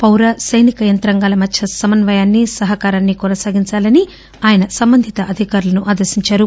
పౌర సైనిక యంత్రాంగాల మధ్య సమన్వయాన్ని సహకారాన్ని కొనసాగించాలని ఆయన సంబంధిత అధికారులను ఆదేశించారు